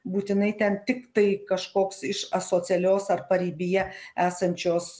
būtinai ten tiktai kažkoks iš asocialios ar paribyje esančios